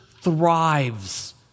thrives